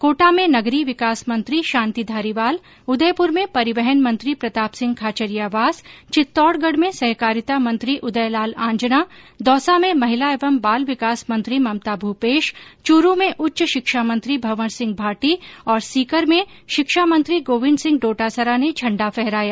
कोटा में नगरीय विकास मंत्री शांतिधारीवाल उदयपुर में परिवहन मंत्री प्रतापसिंह खाचरियावास चित्तौडगढ़ में सहकारिता मंत्री उदयलाल आंजना दौसा में महिला एवं बालविकास मंत्री ममता भूपेश चूरू में उच्च शिक्षामंत्री भंवर सिंह भाटी और सीकर में शिक्षामंत्री गोविन्द सिंह डोटासरा ने झंण्डा फहराया